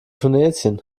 tunesien